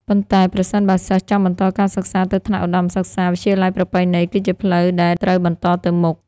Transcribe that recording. ប៉ុន្តែប្រសិនបើសិស្សចង់បន្តការសិក្សាទៅថ្នាក់ឧត្តមសិក្សា វិទ្យាល័យប្រពៃណីគឺជាផ្លូវដែលត្រូវបន្តទៅមុខ។